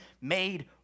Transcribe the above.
made